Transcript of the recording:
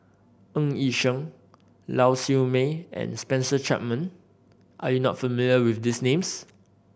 Ng Yi Sheng Lau Siew Mei and Spencer Chapman are you not familiar with these names